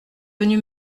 venu